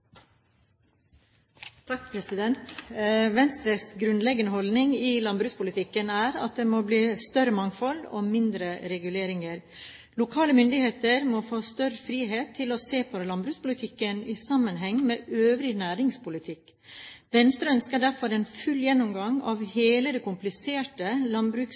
at det må bli større mangfold og mindre reguleringer. Lokale myndigheter må få større frihet til å se landbrukspolitikken i sammenheng med øvrig næringspolitikk. Venstre ønsker derfor en full gjennomgang av hele det kompliserte